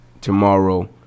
tomorrow